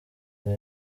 rero